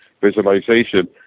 visualization